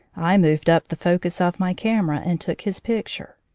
i moved up the focus of my camera and took his picture.